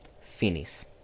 Finis